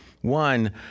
One